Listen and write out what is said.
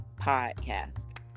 podcast